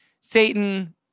Satan